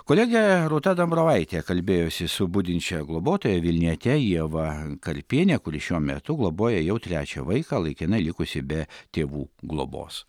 kolegė rūta dambravaitė kalbėjosi su budinčia globotoja vilniete ieva karpiene kuri šiuo metu globoja jau trečią vaiką laikinai likusį be tėvų globos